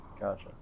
Gotcha